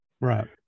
Right